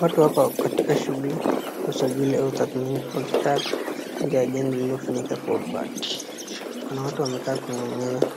Watu wako katika shughuli ya usajili au tathmini wakikaa nje ya jengo liliofunikwa kwa bati, kuna watu wamekaa kwenye meza